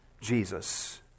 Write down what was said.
Jesus